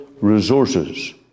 resources